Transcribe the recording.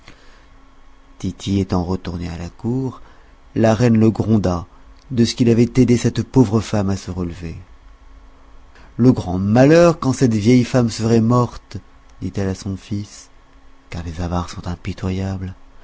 étant retourné à la cour la reine le gronda de ce qu'il avait aidé à cette pauvre femme à se relever le grand malheur quand cette vieille femme serait morte dit-elle à son fils